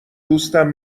دوستم